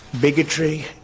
bigotry